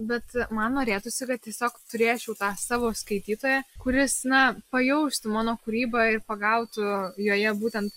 bet man norėtųsi kad tiesiog turėčiau tą savo skaitytoją kuris na pajaustų mano kūrybą ir pagautų joje būtent